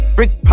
Brick